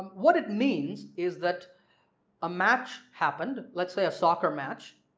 what it means is that a match happened let's say a soccer match.